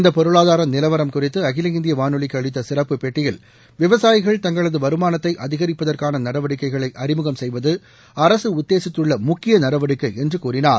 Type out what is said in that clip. இந்த பொருளாதார நிலவரம் குறித்து அகில இந்திய வானொலிக்கு அளித்த சிறப்பு பேட்டியில் விவசாயிகள் தங்களது வருமானத்தை அதிகரிப்பதற்கான நடவடிக்கைகளை அறிமுகம் செய்வது அரசு உத்தேசித்துள்ள முக்கிய நடவடிக்கை என்று கூறினார்